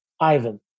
ivan